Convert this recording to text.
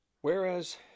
Whereas